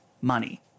money